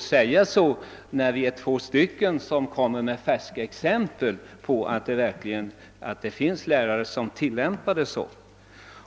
sig så, när vi är två talare som lämnar färska exempel på att detta verkligen förekommer.